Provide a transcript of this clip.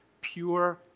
pure